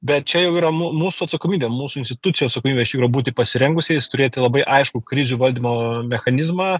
bet čia jau yra mū mūsų atsakomybė mūsų institucijų atsakomybė būti pasirengusiais turėti labai aiškų krizių valdymo mechanizmą